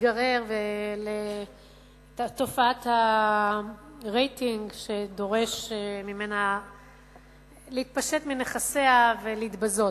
תיגרר לתופעת הרייטינג שדורש ממנה להתפשט מנכסיה ולהתבזות.